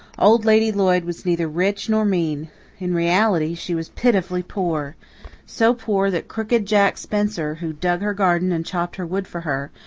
old lady lloyd was neither rich nor mean in reality she was pitifully poor so poor that crooked jack spencer, who dug her garden and chopped her wood for her,